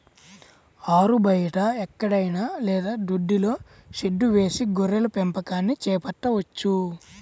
ఆరుబయట ఎక్కడైనా లేదా దొడ్డిలో షెడ్డు వేసి గొర్రెల పెంపకాన్ని చేపట్టవచ్చు